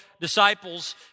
disciples